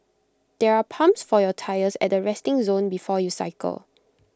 there are pumps for your tyres at the resting zone before you cycle